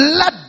let